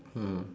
hmm